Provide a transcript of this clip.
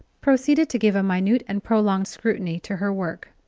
proceeded to give a minute and prolonged scrutiny to her work.